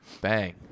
Bang